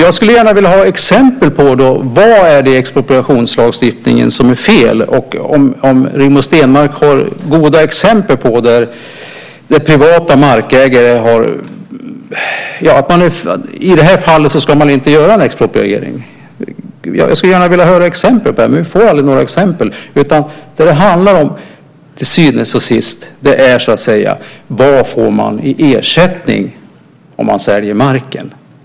Jag skulle gärna vilja ha exempel på vad i expropriationslagstiftningen som är fel och om Rigmor Stenmark har goda exempel på fall där man inte ska göra en expropriering. Jag skulle gärna vilja höra exempel på det, men vi får aldrig några exempel. Det handlar till syvende och sist om vad man får i ersättning om man säljer marken.